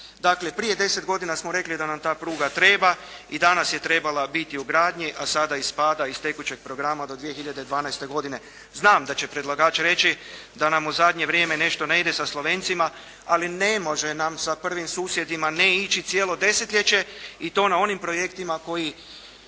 Dakle, prije deset godina smo rekli da nam ta pruga treba i danas je trebala biti u gradnji a sada ispada iz tekućeg programa do 2012. godine. Znam da će predlagač reći da nam u zadnje vrijeme nešto ne ide sa Slovencima ali ne može nam sa prvim susjedima ne ići cijelo desetljeće i to na onim projektima koji